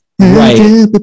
right